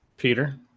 Peter